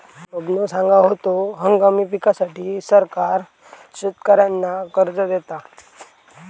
बबनो सांगा होतो, हंगामी पिकांसाठी सरकार शेतकऱ्यांना कर्ज देता